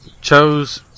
chose